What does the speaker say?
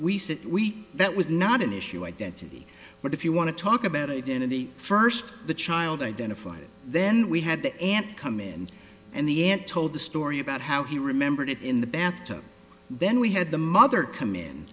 said we that was not an issue identity but if you want to talk about identity first the child identified then we had the aunt come in and the aunt told the story about how he remembered it in the bathtub then we had the mother come in